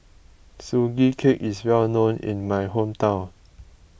Sugee Cake is well known in my hometown